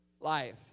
life